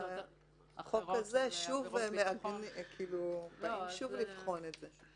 בחוק הזה באים שוב לבחון את זה.